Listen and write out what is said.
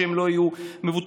שהם לא יהיו מבוטחים.